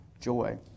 joy